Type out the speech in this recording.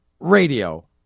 Radio